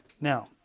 now